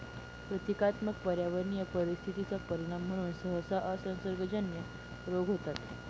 प्रतीकात्मक पर्यावरणीय परिस्थिती चा परिणाम म्हणून सहसा असंसर्गजन्य रोग होतात